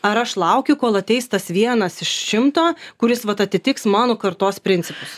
ar aš laukiu kol ateis tas vienas iš šimto kuris vat atitiks mano kartos principus